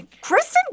Kristen